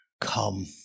come